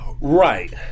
Right